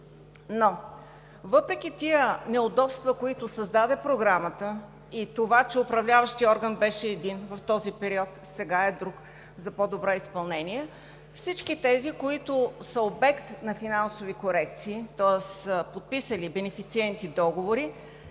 Но въпреки тези неудобства, които създаде Програмата, – и това, че уУправляващият орган беше един в този период, а сега друг за по-добро изпълнение, всички тези, които са обект на финансови корекции, тоест бенефициенти,